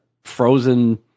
frozen